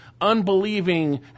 unbelieving